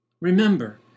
Remember